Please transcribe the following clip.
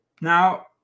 Now